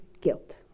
guilt